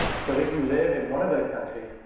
so if you live in one of those countries,